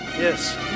Yes